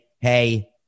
hey